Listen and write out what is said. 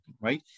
Right